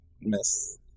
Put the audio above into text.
miss